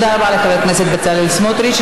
תודה רבה לחבר הכנסת בצלאל סמוטריץ.